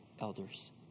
elders